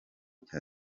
cya